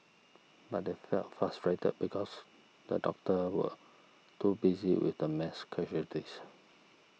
but they felt frustrated because the doctors were too busy with the mass casualties